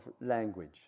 language